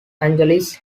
angeles